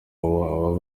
abo